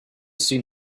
seen